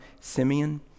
Simeon